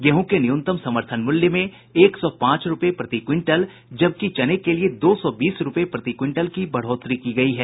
गेहूं के न्यूनतम समर्थन मूल्य में एक सौ पांच रूपये प्रति क्विंटल जबकि चने के लिये दो सौ बीस रूपये प्रति क्विंटल की बढ़ोतरी की गयी है